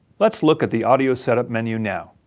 let's look at the audio setup menu now.